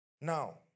Now